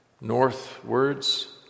northwards